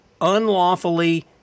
unlawfully